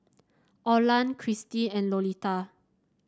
Olan Kristie and Lolita